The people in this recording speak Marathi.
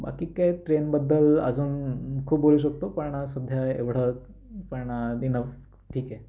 बाकी काय ट्रेनबद्दल अजून खूप बोलू शकतो पण सध्या एवढं पण इनफ ठीक आहे